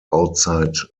outside